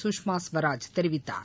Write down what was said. சுஷ்மா ஸ்வராஜ் தெரிவித்தார்